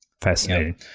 Fascinating